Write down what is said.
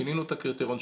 שינינו את הקריטריונים,